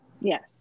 Yes